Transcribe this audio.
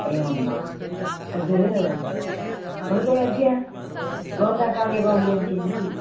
एवं वा तद् भवते अद्य भवता कार्यबाहुल्यं किम् इति